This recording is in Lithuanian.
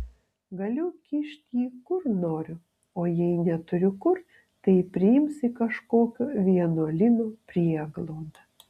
galiu kišt jį kur noriu o jei neturiu kur tai priims į kažkokio vienuolyno prieglaudą